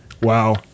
Wow